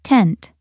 Tent